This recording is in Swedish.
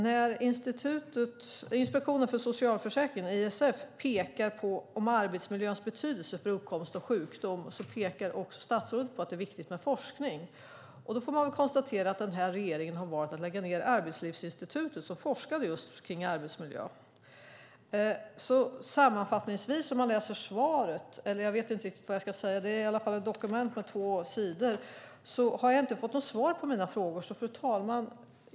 När Inspektionen för socialförsäkringen, ISF, pekar på arbetsmiljöns betydelse för uppkomst av sjukdom pekar också statsrådet på att det är viktigt med forskning. Då får man väl konstatera att den här regeringen har valt att lägga ned Arbetslivsinstitutet, som forskade just kring arbetsmiljö. Jag vet inte riktigt vad jag ska säga om det här svaret. Det är i alla fall ett dokument på två sidor. Men jag har inte fått något svar på mina frågor. Fru talman!